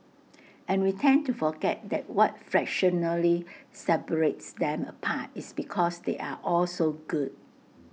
and we tend to forget that what fractionally separates them apart is because they are all so good